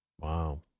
Wow